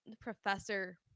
professor